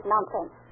Nonsense